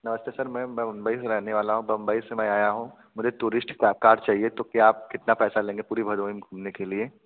नमस्ते सर मैं बम्बइ से रहने वाला हूँ बम्बइ से मैं आया हूँ मुझे टूरिस्ट का कार चाहिए तो क्या आप कितना पैसा लेंगे पूरी भदोही घूमने के लिए